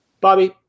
Bobby